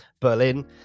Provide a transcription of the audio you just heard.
berlin